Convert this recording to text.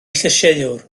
llysieuwr